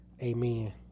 amen